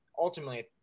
ultimately